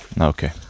Okay